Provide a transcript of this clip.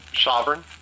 Sovereign